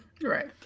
right